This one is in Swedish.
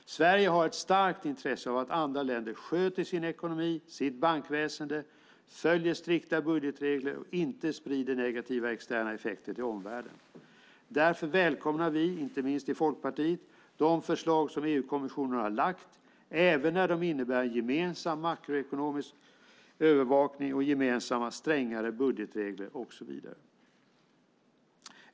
Sverige har ett starkt intresse av att andra länder sköter sin ekonomi och sitt bankväsen, följer strikta budgetregler och inte sprider negativa externa effekter till omvärlden. Därför välkomnar vi inte minst i Folkpartiet de förslag som EU-kommissionen har lagt fram även när de innebär gemensam makroekonomisk övervakning, gemensamma strängare budgetregler och så vidare.